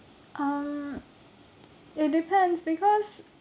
um it depends because